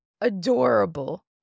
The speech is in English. adorable